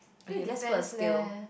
okay let's put a scale